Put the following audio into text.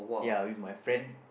ya with my friend